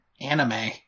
anime